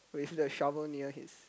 with the shovel near his